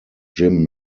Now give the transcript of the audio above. jim